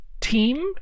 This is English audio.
team